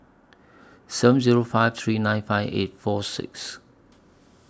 seven Zero five three nine five eight six four six